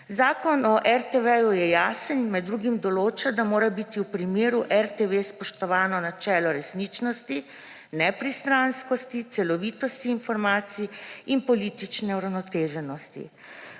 Zakon o RTV je jasen in med drugim določa, da mora biti v primeru RTV spoštovano načelo resničnosti, nepristranskosti, celovitosti informacij in politične uravnoteženosti.